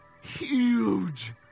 huge